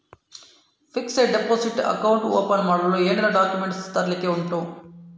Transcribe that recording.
Fixed deposit account open ಮಾಡಲು ಏನೆಲ್ಲಾ documents ತರ್ಲಿಕ್ಕೆ ಉಂಟು?